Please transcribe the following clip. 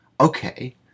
okay